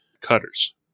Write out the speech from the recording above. cutters